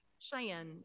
Cheyenne